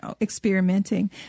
experimenting